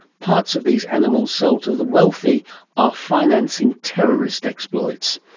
parts of these animals sold to the wealthy are financing terrorist exploits.